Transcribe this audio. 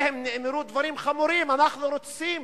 נאמרו עליהם דברים חמורים: אנחנו רוצים